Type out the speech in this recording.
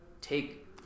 take